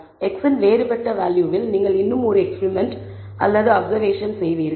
X இன் வேறுபட்ட வேல்யூவில் நீங்கள் இன்னும் ஒரு எக்ஸ்பிரிமெண்ட் அப்சர்வேஷன் செய்வீர்கள்